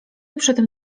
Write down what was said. przodem